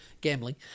gambling